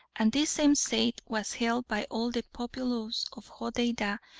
and this same saint was held by all the populace of hodeidah,